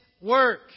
work